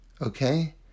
Okay